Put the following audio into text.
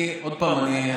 עוד פעם,